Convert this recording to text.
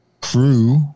crew